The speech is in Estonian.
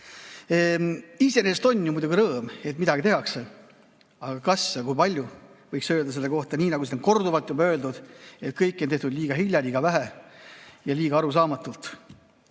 Iseenesest on ju muidugi rõõm, et midagi tehakse. Aga kas ja kui palju? Võiks öelda selle kohta nii, nagu siin on korduvalt juba öeldud, et kõike on tehtud liiga hilja, liiga vähe ja liiga arusaamatult. Vaadake,